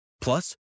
Plus